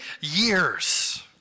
years